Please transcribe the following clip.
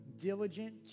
diligent